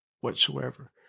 whatsoever